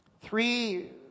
three